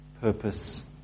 purpose